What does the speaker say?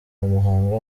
muhanga